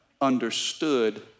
understood